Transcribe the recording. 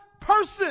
person